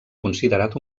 considerat